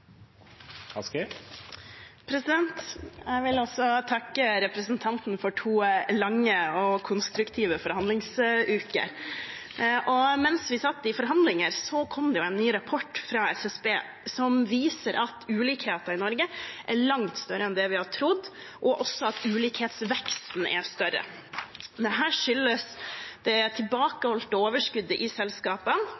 Jeg vil takke representanten for to lange og konstruktive forhandlingsuker. Mens vi satt i forhandlinger, kom det en ny rapport fra SSB som viser at ulikheter i Norge er langt større enn det vi har trodd, og også at ulikhetsveksten er større. Dette skyldes det